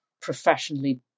professionally